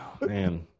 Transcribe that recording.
man